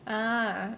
ah